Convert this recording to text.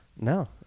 no